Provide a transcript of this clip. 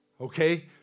Okay